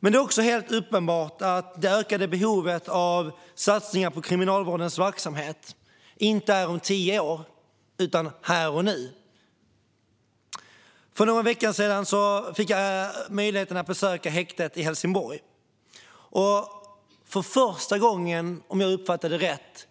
Det är också helt uppenbart att det ökade behovet av satsningar på Kriminalvårdens verksamhet inte finns om tio år utan här och nu. För någon vecka sedan fick jag möjlighet att besöka häktet i Helsingborg. Om jag uppfattade det rätt